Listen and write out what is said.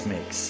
Mix